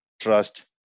trust